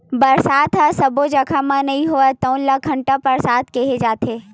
बरसा ह सब्बो जघा म नइ होवय तउन ल खंड बरसा केहे जाथे